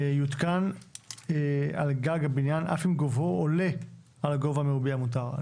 יותקן על גג הבנין אף אם גובהו עולה על הגובה המירבי המותר.